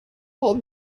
all